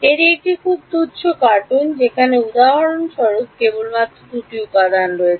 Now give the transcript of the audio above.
এটি খুব তুচ্ছ কার্টুন যেখানে উদাহরণস্বরূপ যেখানে কেবলমাত্র 2 টি উপাদান রয়েছে